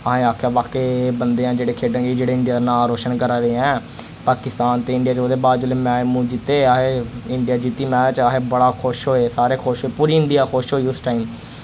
असें आखेआ वाकई एह् बंदे न जेह्ड़े खेढन गे जेह्ड़े इंडिया दा नां रोशन करा दे ऐं पाकिस्तान ते इंडिया च उदे बाद जिल्लै मैच मूच जित्ते असें इंडिया जित्ती मैच अस बड़ा खुश होए सारे खुश पूरी इंडिया खुश होई उस टाइम